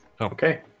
okay